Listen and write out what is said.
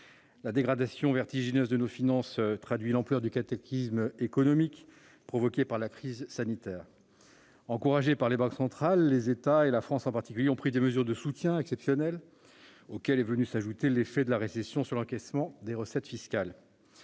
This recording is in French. La dégradation vertigineuse de ces dernières traduit l'ampleur du cataclysme économique provoqué par la crise sanitaire. Encouragés par les banques centrales, les États, et la France en particulier, ont pris des mesures exceptionnelles de soutien, auxquelles est venu s'ajouter l'effet de la récession sur l'encaissement des recettes fiscales.